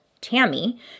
Tammy